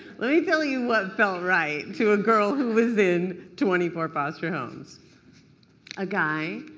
let me tell you what felt right to a girl who was in twenty four foster homes a guy